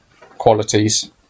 qualities